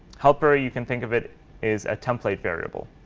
helper, you can think of it as a template variable.